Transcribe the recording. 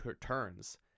turns